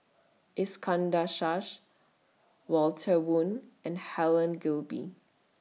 Iskandar Shah Walter Woon and Helen Gilbey